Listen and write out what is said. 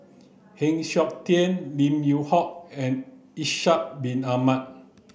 Heng Siok Tian Lim Yew Hock and Ishak bin Ahmad